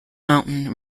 mountain